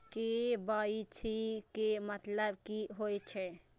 KYC के मतलब की होई छै?